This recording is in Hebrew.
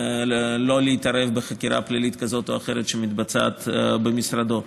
להתערב בחקירה פלילית כזאת או אחרת שמתבצעת במשרדו.